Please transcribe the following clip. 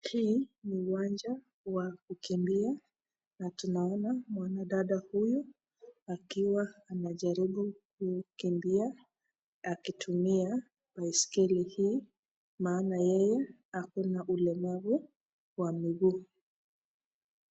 Hii ni uwanja wa kukimbia na tunaona mwanadada huyu akiwa anajaribu kukimbia akitumia baiskeli hii, maana yeye ako na ulemavu wa miguu.